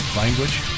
language